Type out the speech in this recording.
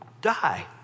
die